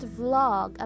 vlog